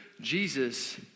Jesus